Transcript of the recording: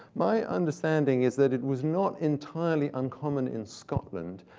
my understanding is that it was not entirely uncommon in scotland,